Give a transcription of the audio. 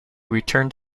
returned